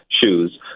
shoes